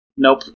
Nope